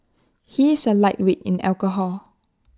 he is A lightweight in alcohol